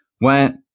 went